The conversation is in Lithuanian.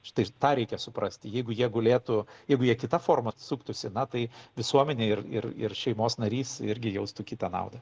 štai ir tą reikia suprasti jeigu jie gulėtų jeigu jie kita forma suktųsi na tai visuomenė ir ir ir šeimos narys irgi jaustų kitą naudą